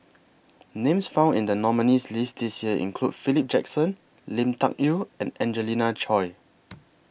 Names found in The nominees' list This Year include Philip Jackson Lui Tuck Yew and Angelina Choy